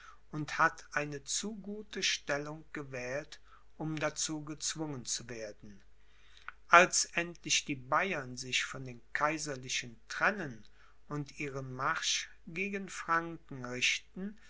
und hat eine zu gute stellung gewählt um dazu gezwungen zu werden als endlich die bayern sich von den kaiserlichen trennen und ihren marsch gegen franken richten